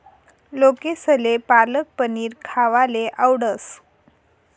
लोकेसले पालक पनीर खावाले आवडस